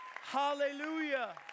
hallelujah